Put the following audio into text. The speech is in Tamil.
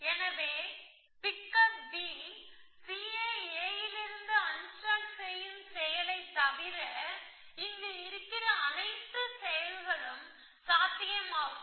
எனவே பிக்கப் B C ஐ A லிருந்து அன்ஸ்டேக் செய்யும் செயலைத் தவிர இங்கு இருக்கிற அனைத்து செயல்களும் சாத்தியமாகும்